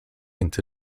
into